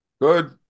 Good